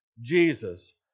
Jesus